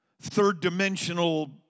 third-dimensional